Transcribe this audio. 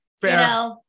Fair